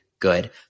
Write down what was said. good